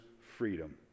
freedom